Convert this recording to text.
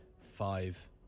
Five